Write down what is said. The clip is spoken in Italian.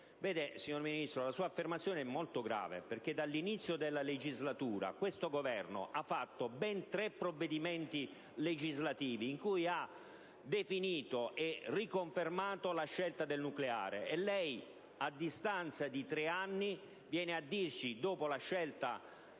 Signor Ministro, la sua affermazione è molto grave, perché dall'inizio della legislatura questo Governo ha varato ben tre provvedimenti legislativi in cui ha definito e riconfermato la scelta del nucleare. Lei, a distanza di tre anni, viene a dirci, dopo la scelta